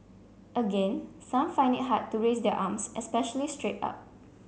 again some find it hard to raise their arms especially straight up